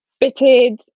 bitted